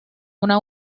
una